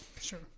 sure